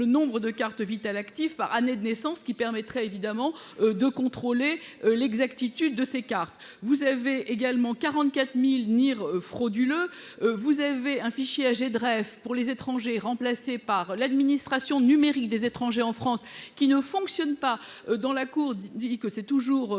Le nombre de cartes Vitale actives par année de naissance qui permettrait évidemment de contrôler l'exactitude de ces cartes vous avez également 44.000 Near frauduleux. Vous avez un fichier âgé de rêve pour les étrangers. Remplacé par l'administration numérique des étrangers en France qui ne fonctionne pas dans la cour dit que c'est toujours pas